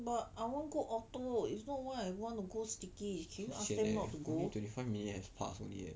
but I want go ORTO is not what I want to go Stickies can you ask them not to go